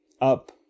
up